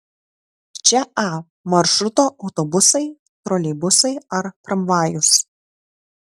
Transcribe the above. čia a maršruto autobusai troleibusai ar tramvajus